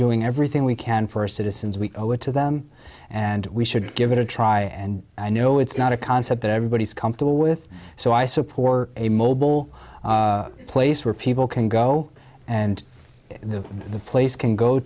doing everything we can for citizens we owe it to them and we should give it a try and i know it's not a concept that everybody's comfortable with so i support a mobile place where people can go and the place can go